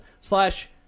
slash